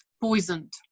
poisoned